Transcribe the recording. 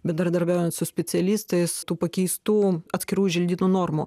bendradarbiaujant su specialistais tų pakeistų atskirų želdynų normų